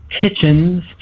kitchens